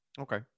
Okay